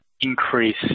increase